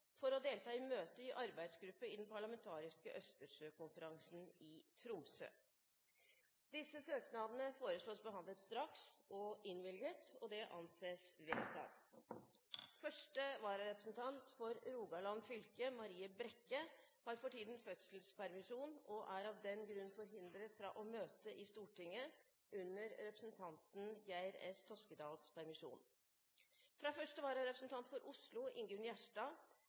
for å delta i møte i arbeidsgruppe i Den parlamentariske Østersjøkonferansen i Tromsø Disse søknadene foreslås behandlet straks og innvilget. – Det anses vedtatt. Første vararepresentant for Rogaland fylke, Marie Brekke, har for tiden fødselspermisjon og er av den grunn forhindret fra å møte i Stortinget under representanten Geir S. Toskedals permisjon. Fra første vararepresentant for Oslo, Ingunn Gjerstad,